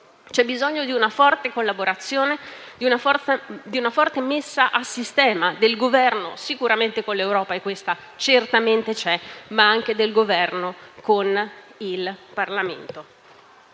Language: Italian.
c'è bisogno di una forte collaborazione, di una forte messa a sistema del Governo, sicuramente con l'Europa - e questa certamente c'è - ma anche con il Parlamento.